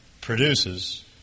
produces